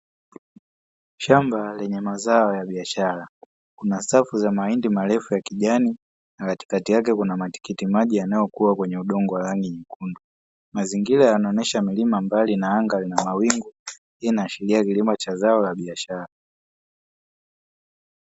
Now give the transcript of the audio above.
Shamba lenye mazao ya biashara, kuna safu za mahindi marefu ya kijani na katikati yake kuna matikitimaji yanayokua kwenye udongo wa rangi nyekundu. Mazingira yanaonyesha milima mbali na anga la wingu, hii inaashiria kilimo cha zao la biashara.